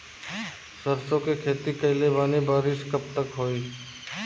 सरसों के खेती कईले बानी बारिश कब तक होई?